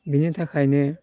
बेनि थाखायनो